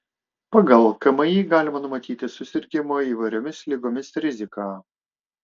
pagal kmi galima numatyti susirgimo įvairiomis ligomis riziką